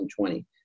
2020